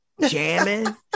jamming